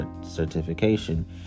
certification